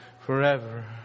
forever